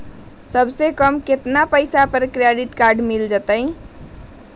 सबसे कम कतना पैसा पर क्रेडिट काड मिल जाई?